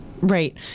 right